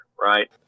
right